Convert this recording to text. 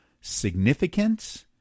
significance